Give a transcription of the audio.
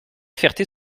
ferté